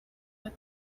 but